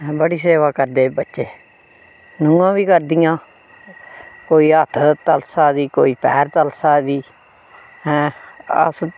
बड़ी सेवा करदे बच्चे नूंहां बी करदियां कोई हत्थ तलसा दी कोई पैर तलसा दी ऐं अस